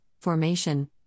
formation